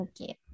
Okay